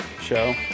show